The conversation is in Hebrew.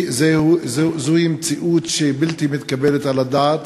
זוהי מציאות שהיא בלתי מתקבלת על הדעת,